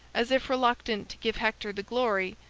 as if reluctant to give hector the glory,